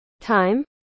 time